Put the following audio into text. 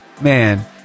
Man